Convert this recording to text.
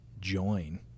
join